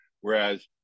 whereas